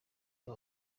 vyo